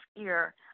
ear